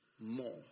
more